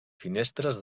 finestres